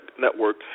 Network